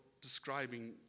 describing